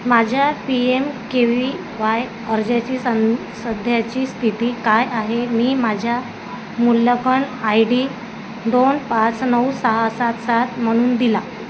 माझ्या P M K V Y अर्जाची सं सध्याची स्थिती काय आहे मी माझ्या मूल्यांकन आय डी दोन पाच नऊ सहा सात सात म्हणून दिला